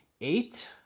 eight